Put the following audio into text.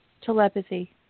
Telepathy